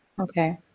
okay